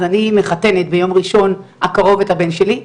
אני מחתנת ביום ראשון הקרוב את הבן שלי,